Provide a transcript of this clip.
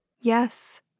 Yes